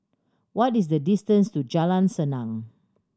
what is the distance to Jalan Senang